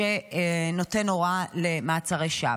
שנותן הוראה על מעצרי שווא.